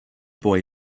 boy